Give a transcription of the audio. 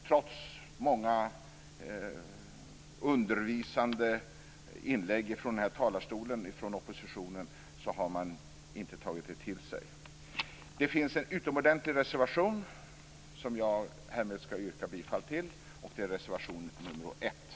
Trots många undervisande inlägg från oppositionen har man inte tagit till sig detta. Det finns en utomordentlig reservation som jag härmed yrkar bifall till, och det är reservation nr 1.